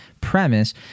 premise